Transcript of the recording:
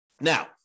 Now